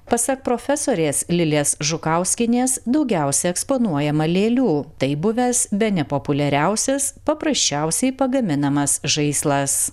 pasak profesorės lilės žukauskienės daugiausia eksponuojama lėlių tai buvęs bene populiariausias paprasčiausiai pagaminamas žaislas